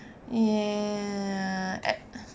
ya